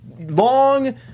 long